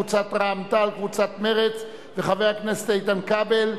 קבוצת רע"ם-תע"ל וקבוצת מרצ וחבר הכנסת איתן כבל,